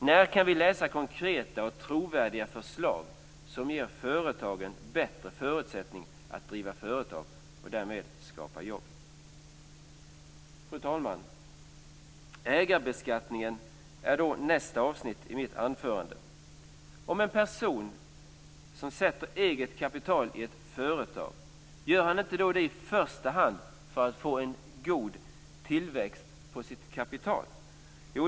När kan vi läsa konkreta och trovärdiga förslag som ger företagen bättre förutsättning att driva företag och därmed skapa jobb? Fru talman! Ägarbeskattningen är nästa avsnitt i mitt anförande. Om en person sätter in eget kapital i sitt företag, gör han det då inte i första hand för att få en god tillväxt på sitt kapital?